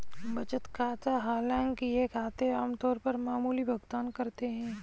बचत खाता हालांकि ये खाते आम तौर पर मामूली भुगतान करते है